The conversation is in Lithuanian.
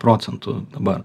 procentų dabar